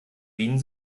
wien